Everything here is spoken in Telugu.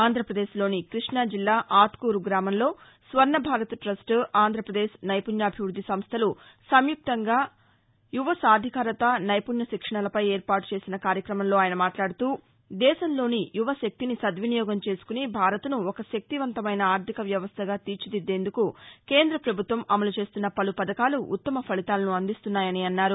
ఆంధ్రప్రదేశ్లోని కృష్టాజిల్లా ఆత్కూరు గ్రామంలో స్వర్ణభారత్ ట్టస్ట ఆంధ్రప్రదేశ్ నైపుణ్యాభివృద్ది సంస్దలు సంయుక్తంగా యువ సాధికారత నైపుణ్య శిక్షణలపై ఏర్పాటుచేసిన కార్యక్రమంలో ఆయన మాట్లాడుతూదేశంలోని యువశక్తిని సద్వినియోగం చేసుకుని భారత్ను ఒక శక్తివంతమైన ఆర్దిక వ్యవస్థగా తీర్చిదిద్దేందుకు కేంద్రపభుత్వం అమలు చేస్తున్న పలు పథకాలు ఉత్తమ ఫలితాలను అందిస్తున్నాయని అన్నారు